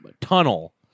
tunnel